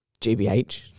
GBH